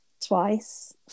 twice